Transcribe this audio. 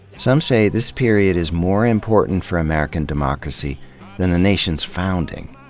some say this period is more important for american democracy than the nation's founding.